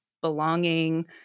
belonging